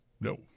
No